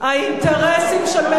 זה מה שראש הממשלה אמר עכשיו.